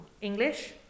English